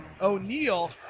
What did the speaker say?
O'Neal